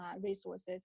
resources